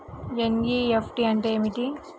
NEFT అంటే ఏమిటీ?